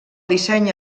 disseny